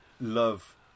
love